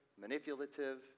manipulative